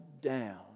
down